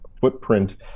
footprint